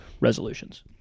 resolutions